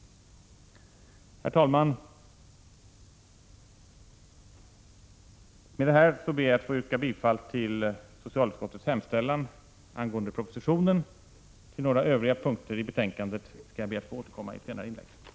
Herr talman! Med detta ber jag att få yrka bifall till socialutskottets hemställan angående propositionen. Till några övriga punkter i betänkandet ber jag att få återkomma vid ett senare tillfälle i debatten.